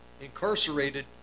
incarcerated